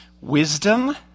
wisdom